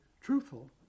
truthful